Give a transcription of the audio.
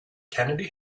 kennedy